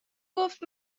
گفت